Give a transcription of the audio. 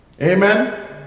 amen